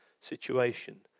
situation